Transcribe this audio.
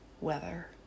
weather